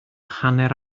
hanner